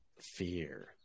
fear